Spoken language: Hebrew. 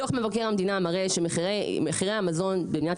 דוח מבקר המדינה מראה שמחירי המזון במדינת